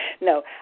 No